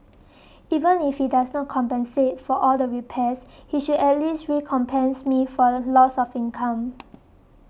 even if he does not compensate for all the repairs he should at least recompense me for loss of income